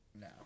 no